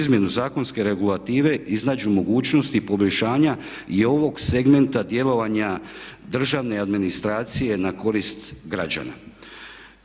izmjenu zakonske regulative iznađu mogućnosti poboljšanja i ovog segmenta djelovanja državne administracije na korist građana.